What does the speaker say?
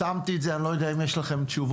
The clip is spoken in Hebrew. שמתי את זה, אני לא יודע אם יש לכם תשובות.